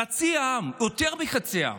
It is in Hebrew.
חצי העם, יותר מחצי העם,